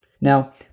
Now